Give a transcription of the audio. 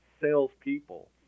salespeople